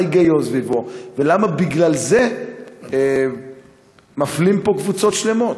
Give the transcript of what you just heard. מה ההיגיון סביבו ולמה בגלל זה מפלים פה קבוצות שלמות.